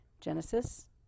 Genesis